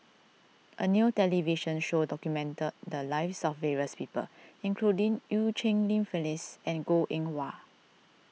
a new television show documented the lives of various people including Eu Cheng Li Phyllis and Goh Eng Wah